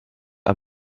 are